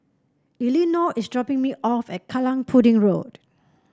Elinor is dropping me off at Kallang Pudding Road